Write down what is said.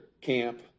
camp